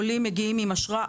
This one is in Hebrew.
עולים מגיעים עם אשרה.